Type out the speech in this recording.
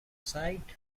sight